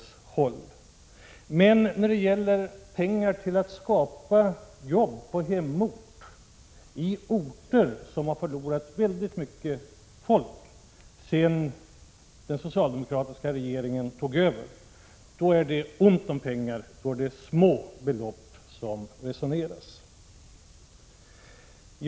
Men när det gäller 10 november 1986 pengar till att skapa jobb på hemorten, på orter som har förlorat väldigt mycket folk sedan den socialdemokratiska regeringen tog över, då är det ont om pengar, trots att det är små belopp som det resoneras om.